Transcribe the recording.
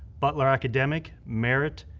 butler academic, merit,